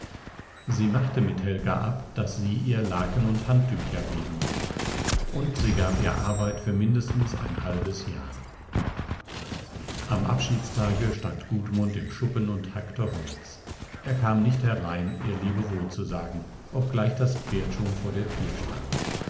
sie machte mit helga ab daß sie ihr laken und handtücher weben solle und sie gab ihr arbeit für mindestens ein halbes jahr am abschiedstage stand gudmund im schuppen und hackte holz er kam nicht herein ihr lebewohl zu sagen obgleich das pferd schon vor der tür stand